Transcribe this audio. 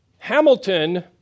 Hamilton